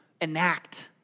enact